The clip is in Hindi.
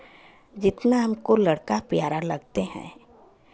जितना हमको लड़का प्यारा लगते हैं